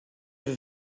that